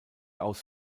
aus